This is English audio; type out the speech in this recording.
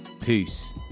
Peace